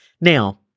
Now